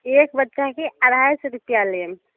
एक बच्चाके अढ़ाइ सए रुपैआ लेब